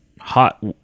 hot